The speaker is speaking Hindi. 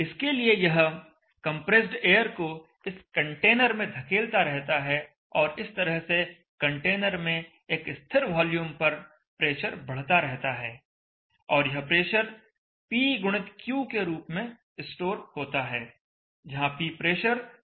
इसके लिए यह कंप्रेस्ड एयर को इस कंटेनर में धकेलता रहता है और इस तरह से कंटेनर में एक स्थिर वॉल्यूम पर प्रेशर बढ़ता रहता है और यह प्रेशर P गुणित Q के रूप में स्टोर होता है जहां P प्रेशर तथा Q डिस्चार्ज वॉल्यूम है